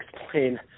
explain